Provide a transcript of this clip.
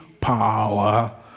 power